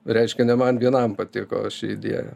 reiškia ne man vienam patiko ši idėja